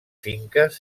finques